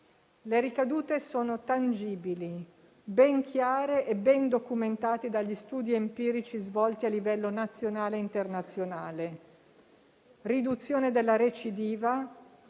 Le ricadute sono tangibili, ben chiare e ben documentate dagli studi empirici svolti a livello nazionale e internazionale: riduzione della recidiva,